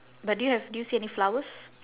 but do you have do you see any flowers